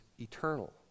eternal